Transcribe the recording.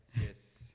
Yes